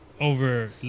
over